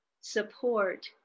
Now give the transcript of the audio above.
support